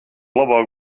labāk